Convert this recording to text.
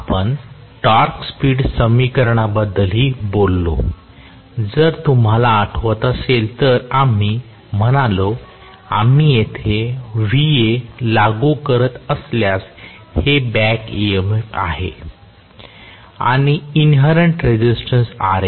आपण torque speed समीकरणाबद्दलही बोललो जर तुम्हाला आठवत असेल तर आम्ही म्हणालो आम्ही येथे Va लागू करत असल्यास हे बॅक EMFआहे आणि इन्ह्रन्ट रेसिस्टन्स Ra